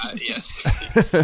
yes